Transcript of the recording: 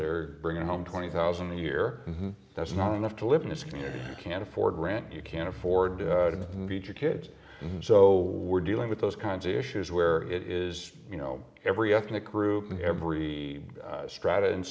they're bringing home twenty thousand a year and that's not enough to live in this community can't afford rent you can't afford to feed your kids and so we're dealing with those kinds of issues where it is you know every ethnic group in every strata in